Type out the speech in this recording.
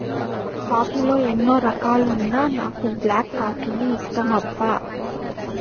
coffee లో ఎన్నో రకాలున్నా నాకు బ్లాక్ కాఫీనే ఇష్టమప్పా